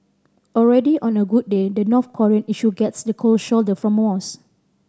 already on a good day the North Korean issue gets the cold shoulder from most